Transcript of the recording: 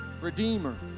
Redeemer